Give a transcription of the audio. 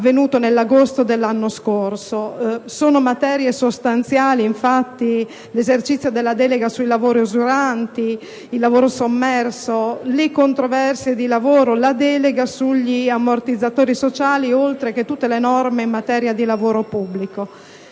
materie sostanziali l'esercizio della delega sui lavori usuranti, il lavoro sommerso, le controversie di lavoro, la delega sugli ammortizzatori sociali, oltre a tutte le norme in materia di lavoro pubblico.